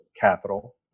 capital